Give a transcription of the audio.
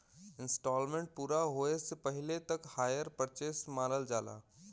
instalment पूरा होये से पहिले तक हायर परचेस मानल जाला